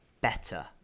better